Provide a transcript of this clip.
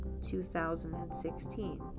2016